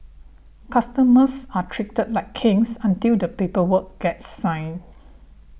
customers are treated like kings until the paper work gets signed